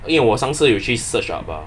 因为我上次有去 search up ah